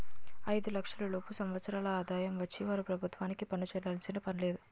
ఐదు లక్షల లోపు సంవత్సరాల ఆదాయం వచ్చిన వారు ప్రభుత్వానికి పన్ను చెల్లించాల్సిన పనిలేదు